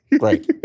Right